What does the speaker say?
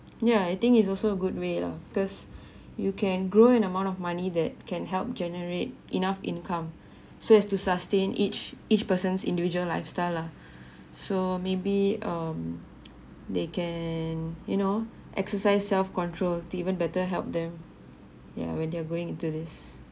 ya I think it's also a good way lah because you can grow an amount of money that can help generate enough income so as to sustain each each person's individual lifestyle lah so maybe um they can you know exercise self control even better help them yeah when they're going into this